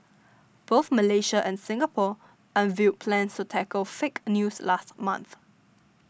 both Malaysia and Singapore unveiled plans to tackle fake news last month